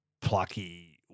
plucky